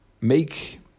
make